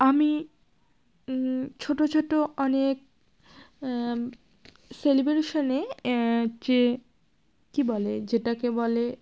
আমি ছোটো ছোটো অনেক সেলিব্রেশনে যে কী বলে যেটাকে বলে